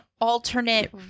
alternate